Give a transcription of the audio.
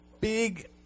Big